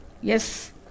Yes